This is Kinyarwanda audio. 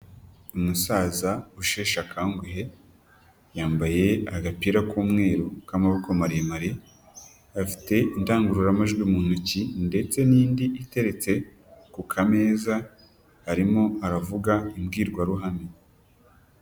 Umusaza usheshe akanguhe yambaye agapira k'umweru k'amaboko maremare, afite indangururamajwi mu ntoki ndetse n'indi iteretse ku kameza arimo aravuga imbwirwaruhame.